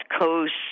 Coast